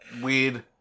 weird